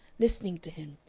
listening to him,